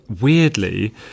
weirdly